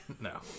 No